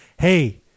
Hey